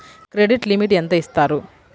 Credit limit ఎంత ఇస్తారు?